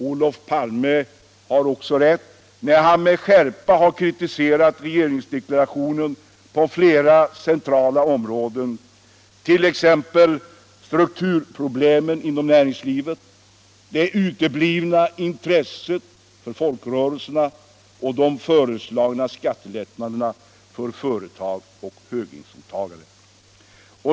Olof Palme har också rätt när han med skärpa har kritiserat regeringsdeklarationen på flera centrala punkter, t.ex. beträffande strukturproblemen inom näringslivet, bristen på intresse för folkrörelserna och de föreslagna skattelättnaderna för företag och höginkomsttagare.